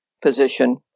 position